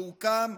שהוקם,